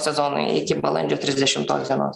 sezonui iki balandžio trisdešimtos dienos